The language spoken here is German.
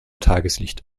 tageslicht